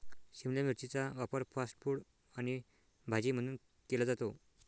शिमला मिरचीचा वापर fast food आणि भाजी म्हणून केला जातो